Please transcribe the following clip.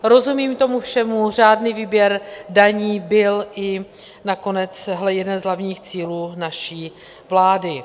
Rozumím tomu všemu, řádný výběr daní byl i nakonec jeden z hlavních cílů naší vlády.